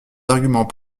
arguments